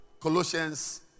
Colossians